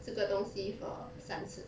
这个东西 for 三次